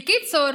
בקיצור,